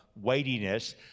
weightiness